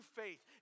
faith